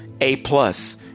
A-plus